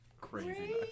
crazy